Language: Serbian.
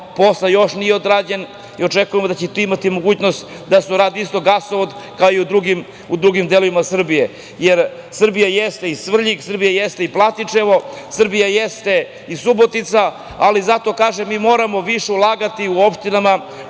posla još nije odrađen i očekujemo da će imati mogućnosti da se uradi gasovod, kao i u drugim delovima Srbije. Srbija jeste i Svrljig, Srbija jeste i Platičevo, Srbije jeste i Subotica. Zato kažem, mi moramo više ulagati u opštinama,